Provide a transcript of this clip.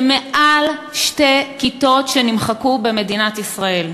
זה יותר משתי כיתות שנמחקו במדינת ישראל.